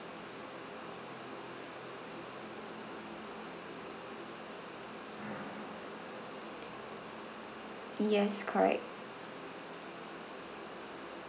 yes correct